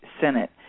Senate